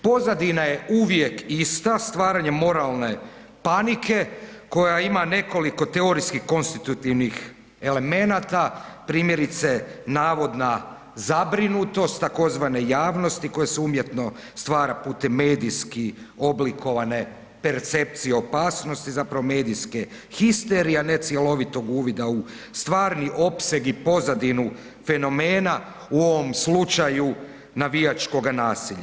Pozadina ja uvijek ista stvaranjem moralne panike koja ima nekoliko teorijskih konstitutivnih elemenata primjerice navodna zabrinutost tzv. javnosti koja se umjetno stvara putem medijski oblikovane percepcije opasnosti zapravo medijske histerije, a ne cjelovitog uvida u stvarni opseg i pozadinu fenomena u ovom slučaju navijačkoga nasilja.